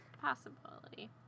possibility